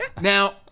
now